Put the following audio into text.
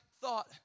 thought